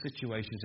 situations